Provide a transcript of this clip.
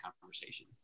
conversation